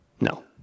No